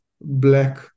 black